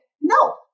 No